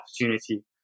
opportunity